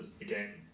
again